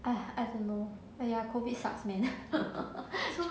uh I don't know !aiya! COVID sucks man